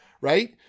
right